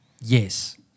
yes